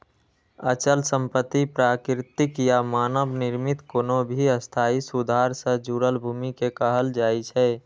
अचल संपत्ति प्राकृतिक या मानव निर्मित कोनो भी स्थायी सुधार सं जुड़ल भूमि कें कहल जाइ छै